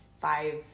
five